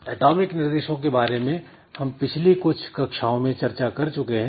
atomic निर्देशों के बारे में हम पिछली कुछ कक्षाओं में चर्चा कर चुके हैं